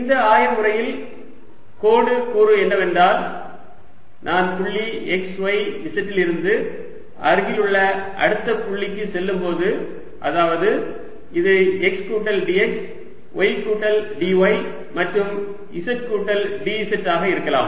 இந்த ஆய முறையில் கோடு கூறு என்னவென்றால் நான் புள்ளி x y z லிருந்து அருகிலுள்ள அடுத்த புள்ளிக்குச் செல்லும்போது அதாவது இது x கூட்டல் dx y கூட்டல் dy மற்றும் z கூட்டல் dz ஆக இருக்கலாம்